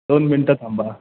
दोन मिनटात थांबा